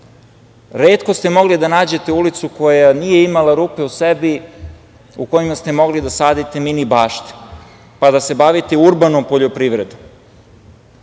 retko ste mogli da nađete ulicu koja nije imala rupu u sebi, u kojima ste mogli da sadite mini bašte pa da se sadite urbanom poljoprivredom. Danas